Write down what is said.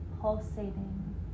pulsating